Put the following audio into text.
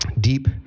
deep